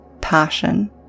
passion